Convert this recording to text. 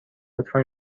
لطفا